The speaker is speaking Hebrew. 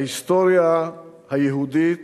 ההיסטוריה היהודית